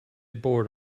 bored